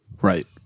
Right